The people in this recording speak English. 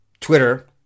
Twitter